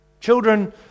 Children